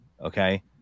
Okay